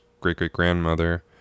great-great-grandmother